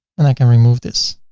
and i can remove this.